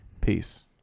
peace